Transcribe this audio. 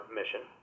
mission